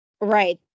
Right